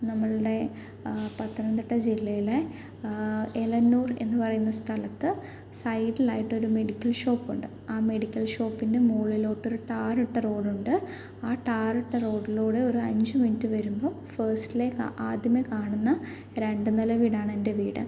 നമ്മളുടെ പത്തനംതിട്ട ജില്ലയിലെ എലന്നൂർ എന്ന് പറയുന്ന സ്ഥലത്ത് സൈഡിലായിട്ടൊരു മെഡിക്കൽ ഷോപ്പൊണ്ട് ആ മെഡിക്കൽ ഷോപ്പിൻ്റെ മോളിലോട്ടൊരു ടാറിട്ട റോഡൊണ്ട് ആ ടാറിട്ട റോഡിലൂടെ ഒരു അഞ്ച് മിനുറ്റ് വരുമ്പം ഫാസ്റ്റിലെ ആദ്യമേ കാണുന്ന രണ്ട് നില വീടാണ് എൻ്റെ വീട്